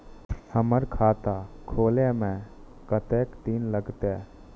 हमर खाता खोले में कतेक दिन लगते?